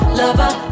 lover